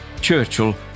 Churchill